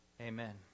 Amen